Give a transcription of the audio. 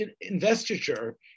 investiture